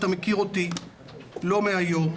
אתה מכיר אותי לא מהיום,